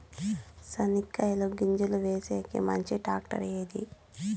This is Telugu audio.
చెనక్కాయ గింజలు వేసేకి మంచి టాక్టర్ ఏది?